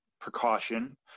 precaution